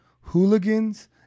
hooligans